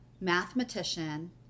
mathematician